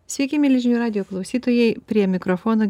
sveiki mieli žinių radijo klausytojai prie mikrofono